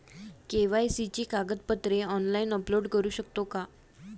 KYC ची कागदपत्रे online upload करू शकतो का?